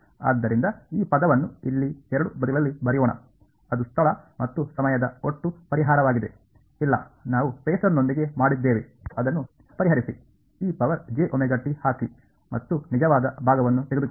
ಆದ್ದರಿಂದ ಈ ಪದವನ್ನು ಇಲ್ಲಿ ಎರಡೂ ಬದಿಗಳಲ್ಲಿ ಬರೆಯೋಣ ಅದು ಸ್ಥಳ ಮತ್ತು ಸಮಯದ ಒಟ್ಟು ಪರಿಹಾರವಾಗಿದೆ ಇಲ್ಲ ನಾವು ಫೇಸರ್ನೊಂದಿಗೆ ಮಾಡಿದ್ದೇವೆ ಅದನ್ನು ಪರಿಹರಿಸಿ ಹಾಕಿ ಮತ್ತು ನಿಜವಾದ ಭಾಗವನ್ನು ತೆಗೆದುಕೊಳ್ಳಿ